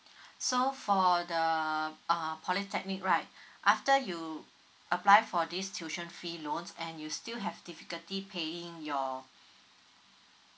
so for the uh polytechnic right after you apply for this tuition fee loan and you still have difficulty paying your